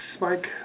Mike